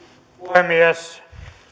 puhemies